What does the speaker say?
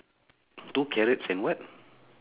two carrots and what